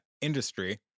industry